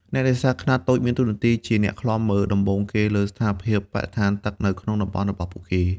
អ្នកនេសាទខ្នាតតូចមានតួនាទីជា អ្នកឃ្លាំមើល ដំបូងគេលើស្ថានភាពបរិស្ថានទឹកនៅក្នុងតំបន់របស់ពួកគេ។